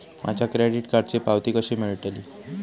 माझ्या क्रेडीट कार्डची पावती कशी मिळतली?